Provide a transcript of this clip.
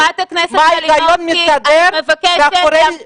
מה ההיגיון שמסתתר מאחורי אישור סיבת המוות.